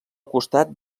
costat